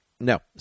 No